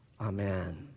Amen